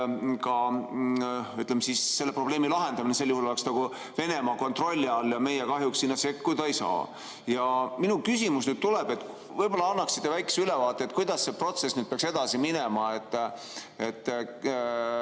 selle probleemi lahendamine sel juhul oleks Venemaa kontrolli all ja meie kahjuks sinna sekkuda ei saaks. Võib-olla annate väikese ülevaate, kuidas see protsess peaks edasi minema?